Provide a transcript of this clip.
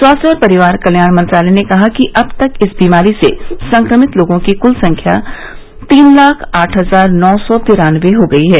स्वास्थ्य और परिवार कल्याण मंत्रालय ने कहा कि अब तक इस बीमारी से संक्रमित लोगों की कुल संख्या तीन लाख आठ हजार नौ सौ तिरानवे हो गई है